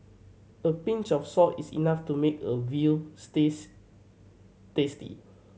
a pinch of salt is enough to make a veal stews tasty